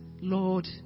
Lord